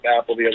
apple